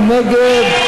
מי נגד?